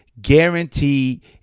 guaranteed